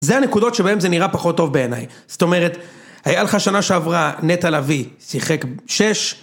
זה הנקודות שבהם זה נראה פחות טוב בעיניי. זאת אומרת, היה לך שנה שעברה, נטע לביא, שיחק שש.